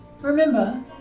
Remember